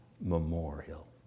memorial